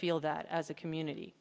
feel that as a community